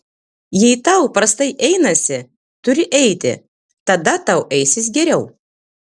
jei tau prastai einasi turi eiti tada tau eisis geriau